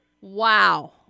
Wow